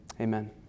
amen